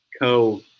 co